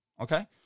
okay